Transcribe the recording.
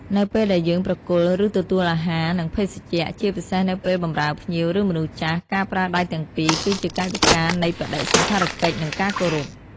នៅពេលដែលយើងប្រគល់ ឬទទួលអាហារ និងភេសជ្ជៈ ជាពិសេសនៅពេលបម្រើភ្ញៀវ ឬមនុស្សចាស់ ការប្រើដៃទាំងពីរគឺជាកាយវិការនៃបដិសណ្ឋារកិច្ច និងការគោរព។